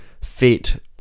fit